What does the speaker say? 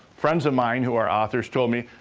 friends of mine who are authors told me,